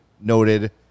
noted